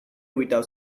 without